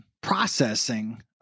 processing